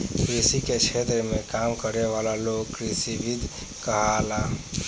कृषि के क्षेत्र में काम करे वाला लोग कृषिविद कहाला